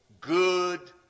good